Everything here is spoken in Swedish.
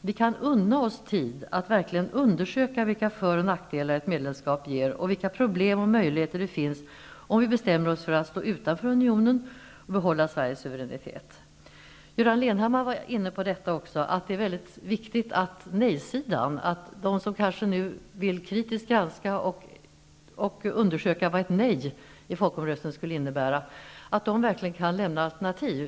Vi kan unna oss tid att verkligen undersöka vilka för och nackdelar ett medlemskap ger och vilka problem och möjligheter som finns om vi bestämmer oss för att stå utanför Unionen och behålla Sveriges suveränitet. Göran Lennmarker var inne på att det är mycket viktigt att nej-sidan, de som kanske nu vill kritiskt granska och undersöka vad ett nej i folkomröstningen skulle innebära, verkligen kan lämna alternativ.